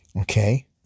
Okay